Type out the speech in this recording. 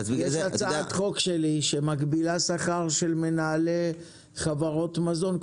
יש את הצעת החוק שלי שמגבילה שכר של מנהלי חברות מזון,